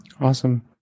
Awesome